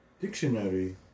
dictionary